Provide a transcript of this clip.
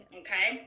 okay